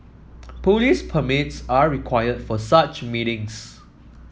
police permits are required for such meetings